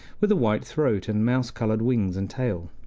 with a white throat and mouse-colored wings and tail.